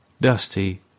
Dusty